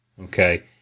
Okay